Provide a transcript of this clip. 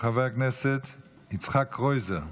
חבר הכנסת יצחק קרויזר.